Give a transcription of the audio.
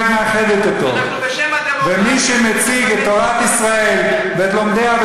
מאחר שחבר הכנסת יונה ביקש וקיבל עוד